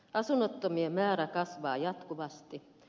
asunnottomien määrä kasvaa jatkuvasti